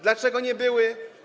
Dlaczego nie były?